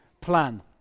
plan